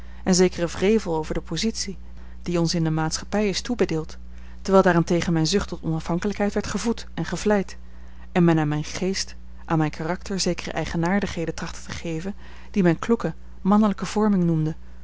en zekeren wrevel over de positie die ons in de maatschappij is toebedeeld terwijl daarentegen mijne zucht tot onafhankelijkheid werd gevoed en gevleid en men aan mijn geest aan mijn karakter zekere eigenaardigheden trachtte te geven die men kloeke mannelijke vorming noemde